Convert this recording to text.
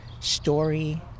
Story